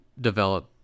develop